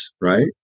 right